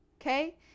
okay